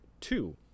two